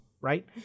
right